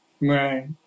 Right